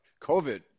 COVID